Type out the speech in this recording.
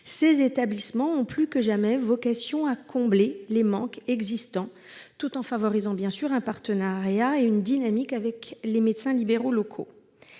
ces établissements ont plus que jamais vocation à combler les manques existants, tout en favorisant bien sûr un partenariat et une dynamique avec les médecins libéraux locaux.